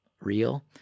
real